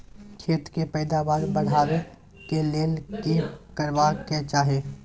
खेत के पैदावार बढाबै के लेल की करबा के चाही?